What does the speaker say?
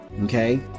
okay